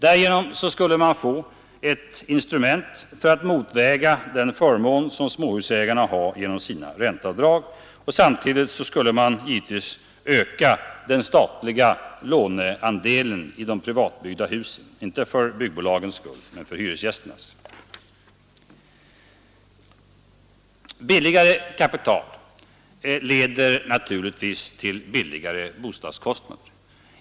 Därigenom skulle man få ett instrument för att motväga den förmån som småhusägarna har genom sina ränteavdrag. Samtidigt skulle man öka den statliga låneandelen i de privatbyggda husen, inte för byggbolagens skull men för hyresgästernas. Billigare kapital leder naturligtvis till lägre bostadskostnader.